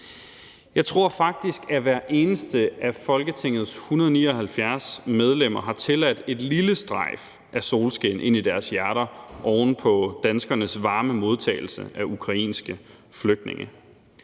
Jeg tror faktisk, at hver eneste af Folketingets 179 medlemmer har tilladt et lille strejf af solskin at komme ind i deres hjerter oven på danskernes varme modtagelse af ukrainske flygtninge.